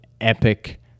epic